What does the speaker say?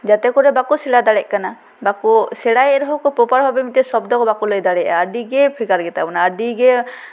ᱡᱟᱛᱮ ᱠᱚᱨᱮ ᱵᱟᱠᱚ ᱥᱮᱬᱟ ᱫᱟᱲᱮᱜ ᱠᱟᱱᱟ ᱵᱟᱠᱚ ᱥᱮᱬᱟᱭᱮᱫ ᱨᱮᱦᱚᱸ ᱠᱚ ᱯᱨᱚᱯᱟᱨ ᱵᱷᱟᱵᱮ ᱢᱤᱫᱴᱮᱱ ᱥᱚᱵᱫᱚ ᱦᱚᱸ ᱵᱟᱠᱚ ᱞᱟᱹᱭ ᱫᱟᱲᱮᱭᱟᱜᱼᱟ ᱟᱹᱰᱤᱜᱮ ᱵᱷᱮᱜᱟᱨ ᱜᱮᱛᱟᱵᱚᱱᱟ ᱟᱹᱰᱤᱜᱮ